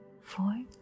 four